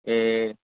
ए